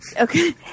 Okay